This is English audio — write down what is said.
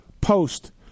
post